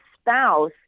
spouse